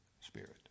Spirit